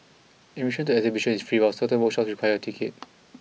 admission to the exhibition is free while certain workshops require a ticket